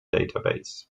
database